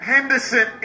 Henderson